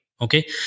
Okay